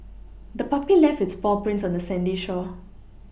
the puppy left its paw prints on the sandy shore